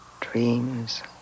Dreams